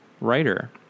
writer